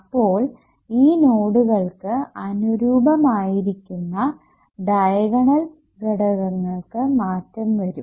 അപ്പോൾ ഈ നോഡുകൾക്ക് അനുരൂപമായിരിക്കുന്ന ഡയഗണൽ ഘടകങ്ങൾക്ക് മാറ്റം വരും